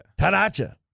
Taracha